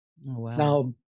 Now